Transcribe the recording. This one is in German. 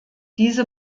diese